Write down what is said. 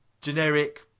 generic